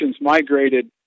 migrated